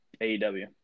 AEW